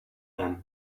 them